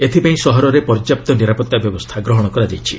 ଏଥିପାଇଁ ସହରରେ ପର୍ଯ୍ୟାପ୍ତ ନିରାପତ୍ତା ବ୍ୟବସ୍ଥା ଗ୍ରହଣ କରାଯାଇଛି